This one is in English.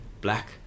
black